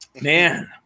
Man